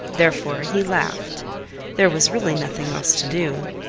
therefore he laughed there was really nothing else to do.